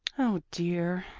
oh, dear!